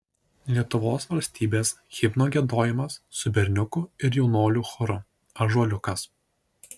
lietuvos valstybės himno giedojimas su berniukų ir jaunuolių choru ąžuoliukas